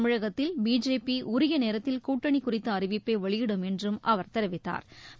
தமிழகத்தில் பிஜேபி உரிய நேரத்தில் கூட்டணி குறித்த அறிவிப்பை வெளியிடும் என்றும் அவர் தெரிவித்தாா்